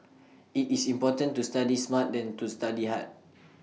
IT is important to study smart than to study hard